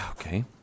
Okay